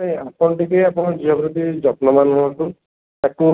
ନାଇଁ ଆପଣ ଟିକେ ଆପଣଙ୍କ ଝିଅ ପ୍ରତି ଯତ୍ନବାନ ହୁଅନ୍ତୁ ତାକୁ